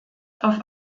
auf